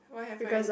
why have I